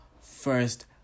first